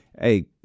Hey